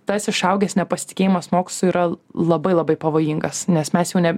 tas išaugęs nepasitikėjimas mokslu yra labai labai pavojingas nes mes jau ne